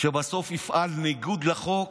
שבסוף יפעל בניגוד לחוק